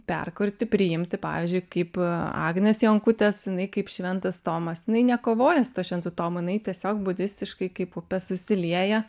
perkurti priimti pavyzdžiui kaip agnės jonkutės jinai kaip šventas tomas jinai nekovoja su tuo šventu tomu jinai tiesiog budistiškai kaip susilieja